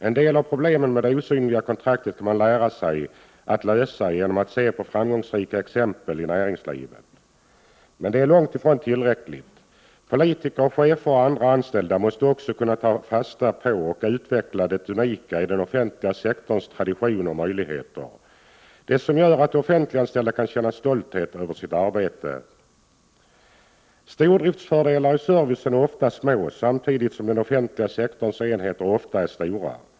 En del av problemen med det osynliga kontraktet kan man lära sig att lösa genom att se på framgångsrika exempel i näringslivet. Men det är långt ifrån tillräckligt. Politiker, chefer och andra anställda måste också kunna ta fasta på och utveckla det unika i den offentliga sektorns tradition och möjligheter, det som gör att de offentliganställda kan känna stolthet över sitt arbete. Stordriftsfördelar i service är ofta små, samtidigt som den offentliga sektorns enheter ofta är stora.